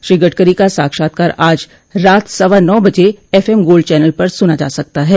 श्री गडकरी का साक्षात्कार आज रात सवा नौ बजे एफ एम गोल्ड चनल पर सुना जा सकता है